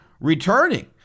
returning